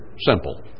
simple